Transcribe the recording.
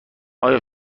آیا